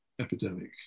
epidemic